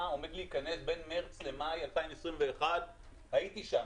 שעומד להיכנס בין מארס למאי 2021. הייתי שם.